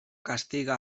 castiga